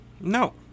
No